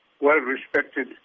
well-respected